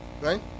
right